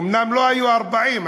אומנם לא היו 40,